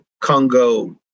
Congo